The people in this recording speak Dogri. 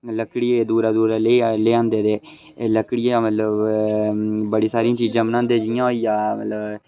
लकड़ी एह् दूरा दूरा लेई आए लेआंदे दे लकड़ियां मतलब बड़ी सारी चीजां बनांदे जियां होई गेआ मतलब